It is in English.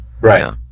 right